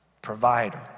provider